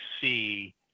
see